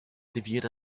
debut